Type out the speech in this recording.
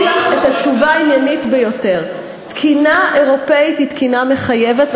עניתי לך את התשובה העניינית ביותר: תקינה אירופית היא תקינה מחייבת,